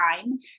time